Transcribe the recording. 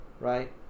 right